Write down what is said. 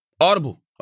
Audible